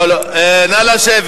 אמרתי לך,